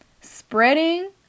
spreading